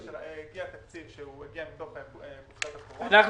שהגיע תקציב מתוך תקציב הקורונה --- אנחנו